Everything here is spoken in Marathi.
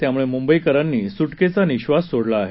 त्यामुळं मुंबईकरांनी सुटकेचा निःश्वास सोडला आहे